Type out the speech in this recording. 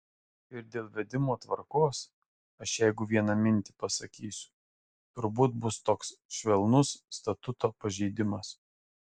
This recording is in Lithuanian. ir dėl vedimo tvarkos aš jeigu vieną mintį pasakysiu turbūt bus toks švelnus statuto pažeidimas